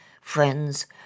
Friends